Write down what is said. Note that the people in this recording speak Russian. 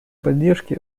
поддержки